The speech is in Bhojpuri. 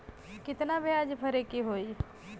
कितना ब्याज भरे के होई?